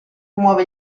muove